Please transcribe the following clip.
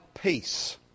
peace